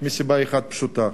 מסיבה אחת פשוטה: